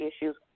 issues